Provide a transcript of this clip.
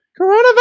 Coronavirus